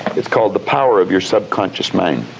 it's called the power of your subconscious mind.